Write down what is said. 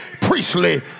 priestly